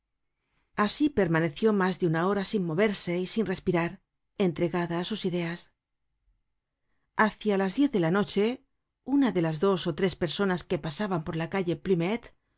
asi permaneció mas de una hora sin moverse y sin respirar entregada á sus ideas hacia las diez de la noche una de las dos ó tres personas que pasaban por la calle plumet